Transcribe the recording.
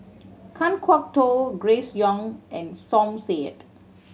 Kan Kwok Toh Grace Young and Som Said